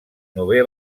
novè